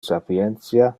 sapientia